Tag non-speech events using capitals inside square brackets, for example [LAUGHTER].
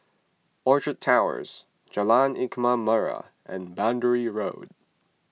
Orchard Towers Jalan Ikan [UNINTELLIGIBLE] Merah and Boundary Road